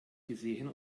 gesehen